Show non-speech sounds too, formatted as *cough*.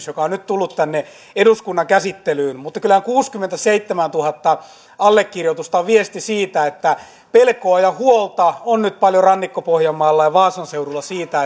*unintelligible* joka on nyt tullut tänne eduskunnan käsittelyyn mutta kyllä kuusikymmentäseitsemäntuhatta allekirjoitusta on viesti siitä että pelkoa ja huolta on nyt paljon rannikko pohjanmaalla ja vaasan seudulla siitä *unintelligible*